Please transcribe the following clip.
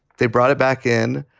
they brought it back in.